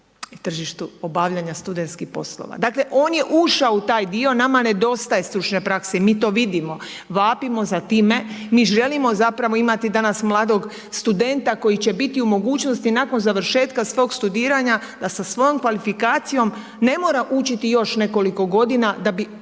tržištu obavljanja studentskih poslova. Dakle, on je ušao u taj dio, nama ne dostaje stručne prakse. Mi to vidimo, vapimo za time, mi želimo danas imati mladog studenta koji će biti u mogućnosti nakon završetka svog studiranja da sa svojom kvalifikacijom ne mora učiti još nekoliko godina da bi